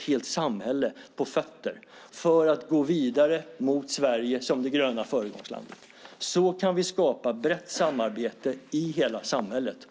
helt samhälle på fötter för att gå vidare mot Sverige som det gröna föregångslandet. Så kan vi skapa ett brett samarbete i hela samhället.